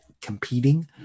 competing